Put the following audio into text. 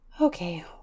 Okay